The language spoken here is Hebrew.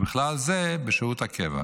ובכלל זה בשירות קבע.